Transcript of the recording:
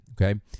okay